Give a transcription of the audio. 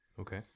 Okay